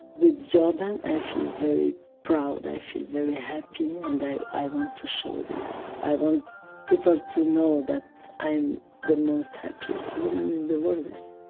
with jordan i feel very proud. i feel very happy and i want to show this. i want people to know that i'm the most happiest woman in the worldest.